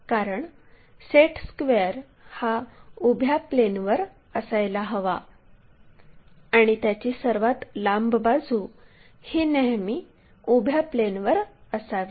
कारण set square हा उभ्या प्लेनवर असायला हवा आणि त्याची सर्वात लांब बाजू ही नेहमी उभ्या प्लेनवर असावी